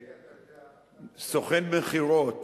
מיקי, אתה יודע, סוכן מכירות.